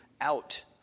out